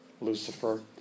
Lucifer